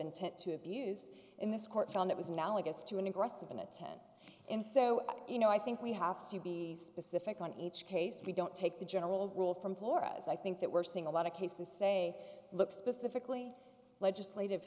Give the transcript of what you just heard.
intent to abuse in this court found it was analogous to an aggressive in a tent and so you know i think we have to be specific on each case we don't take the general rule from flora's i think that we're seeing a lot of cases say look specifically legislative